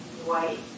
white